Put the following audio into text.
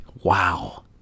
wow